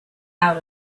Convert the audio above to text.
out